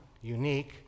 unique